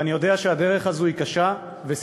ואני יודע שהדרך הזו היא קשה וסיזיפית.